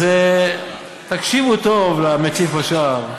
אז תקשיבו טוב למטיף בשער.